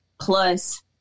plus